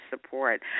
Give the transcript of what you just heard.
support